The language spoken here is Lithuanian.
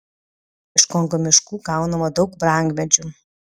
iš kongo miškų gaunama daug brangmedžių